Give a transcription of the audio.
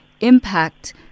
impact